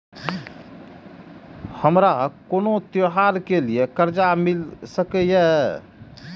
हमारा कोनो त्योहार के लिए कर्जा मिल सकीये?